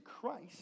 Christ